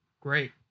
Great